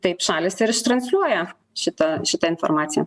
taip šalys transliuoja šitą šitą informaciją